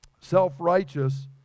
self-righteous